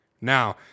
Now